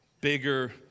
Bigger